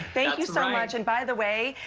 thank you so much. and by the way,